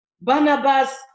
Barnabas